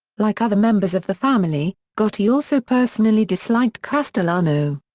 like other members of the family, gotti also personally disliked castellano.